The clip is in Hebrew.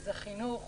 זה חינוך,